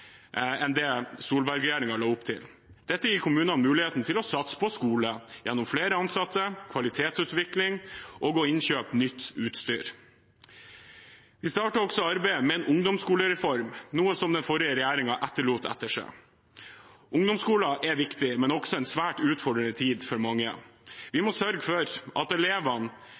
enn det Solberg-regjeringen la opp til. Dette gir kommunene mulighet til å satse på skolen gjennom flere ansatte, kvalitetsutvikling og innkjøp av nytt utstyr. Vi starter også arbeidet med en ungdomsskolereform, noe som den forrige regjeringen etterlot seg. Ungdomsskolen er viktig, men også en svært utfordrende tid for mange. Vi må sørge for at elevene